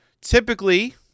typically